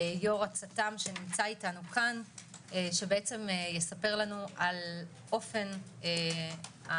יו"ר הצט"ם שנמצא אתנו כאן ויספר לנו על אופן התהליך,